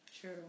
True